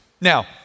Now